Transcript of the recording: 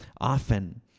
often